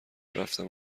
رفتم